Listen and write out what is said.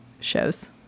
shows